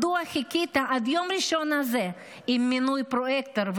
מדוע חיכית עד יום ראשון הזה עם מינוי פרויקטור?